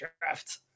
draft